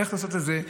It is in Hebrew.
איך לעשות את זה?